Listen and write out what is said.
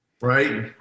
Right